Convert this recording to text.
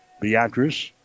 Beatrice